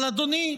אבל אדוני,